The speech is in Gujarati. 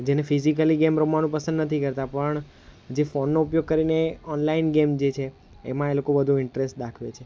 જેને ફિઝિકલી ગેમ રમવાનું પસંદ નથી કરતા પણ જે ફોનનો ઉપયોગ કરીને ઓનલાઇન ગેમ જે છે એમાં એ લોકો વધુ ઇન્ટ્રસ્ટ દાખવે છે